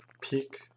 peak